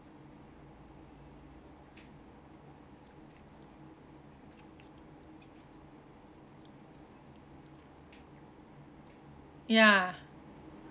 ya